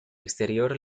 exterior